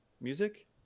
music